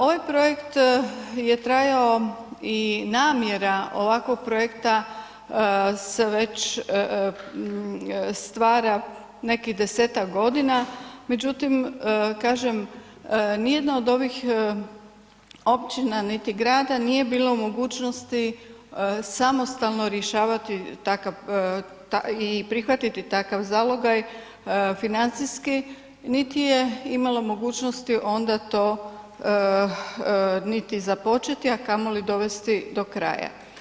Ovaj projekt je trajao i namjera ovakvog projekta se veće stvara nekih 10-ak godina međutim kažem, nijedna od ovih općina niti grada nije bila u mogućnosti samostalno rješavati takav i prihvatiti takav zalogaj financijski niti je imalo mogućnosti onda to niti započeti a kamoli dovesti do kraja.